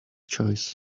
choice